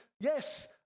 yes